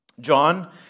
John